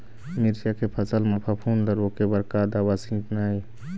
मिरचा के फसल म फफूंद ला रोके बर का दवा सींचना ये?